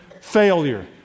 failure